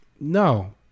No